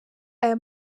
aya